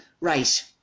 Right